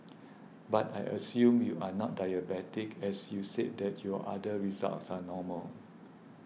but I assume I not diabetic as you said that your other results are normal